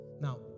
Now